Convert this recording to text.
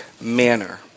manner